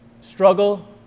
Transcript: struggle